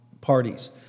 parties